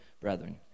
brethren